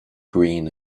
green